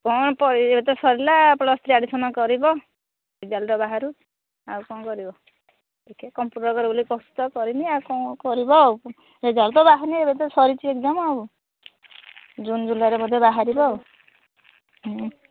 କ'ଣ ପରୀକ୍ଷା ତ ସରିଲା ପ୍ଳସ୍ ଥ୍ରୀ ଆଡ଼୍ମିସନ୍ କରିବ ରିଜଲ୍ଟ ବାହାରୁ ଆଉ କ'ଣ କରିବ ଟିକିଏ କମ୍ପୁଟର୍ କୋର୍ସ୍ ତ କରିନି ଆଉ କ'ଣ କରିବ ଆଉ ରେଜଲ୍ଟ ତ ବାହାରିନି ଏବେ ତ ସରିଛି ଏକ୍ସାମ୍ ଆଉ ଜୁନ୍ ଜୁଲାଇରେ ବୋଧେ ବାହାରିବ